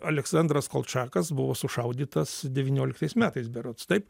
aleksandras kolčakas buvo sušaudytas devynioliktais metais berods taip